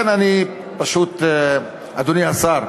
אדוני השר,